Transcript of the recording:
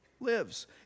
lives